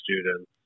students